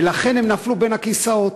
ולכן הם נפלו בין הכיסאות.